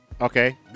Okay